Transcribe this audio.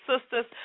sisters